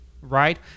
right